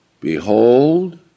Behold